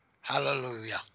Hallelujah